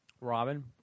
Robin